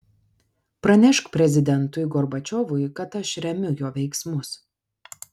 pranešk prezidentui gorbačiovui kad aš remiu jo veiksmus